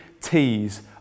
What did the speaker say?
T's